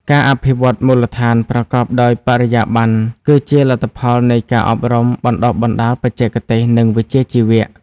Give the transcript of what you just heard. ការអភិវឌ្ឍមូលដ្ឋានប្រកបដោយបរិយាបន្ន គឺជាលទ្ធផលនៃការអប់រំបណ្ដុះបណ្ដាលបច្ចេកទេស និងវិជ្ជាជីវៈ។